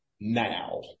now